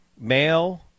male